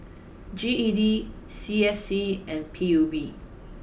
G E D C S C and P U B